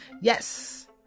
Yes